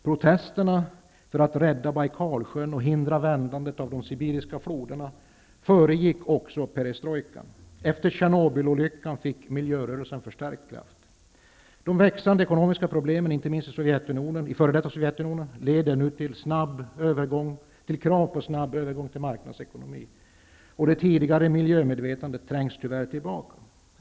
Protesterna för att rädda Bajkalsjön och hindra vändandet av de sibiriska floderna föregick också perestrojkan. Efter Tjernobylolyckan fick miljörörelsen förstärkt kraft. De växande ekonomiska problemen inte minst i f.d. Sovjetunionen leder nu till krav på snabb övergång till marknadsekonomi, och det tidigare miljömedvetandet trängs tyvärr tillbaka.